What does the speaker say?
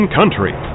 Country